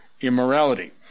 immorality